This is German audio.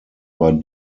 war